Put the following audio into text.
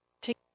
Take